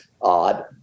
odd